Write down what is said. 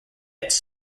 its